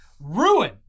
ruin